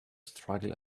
struggle